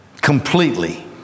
completely